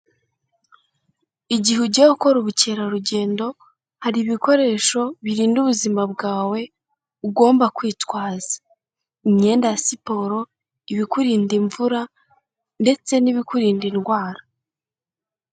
Igihe ugiye gukora ubukerarugendo hari ibikoresho birinda ubuzima bwawe ugomba kwitwaza: imyenda ya siporo, ibikurinda imvura ndetse n'ibikurinda indwara.